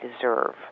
deserve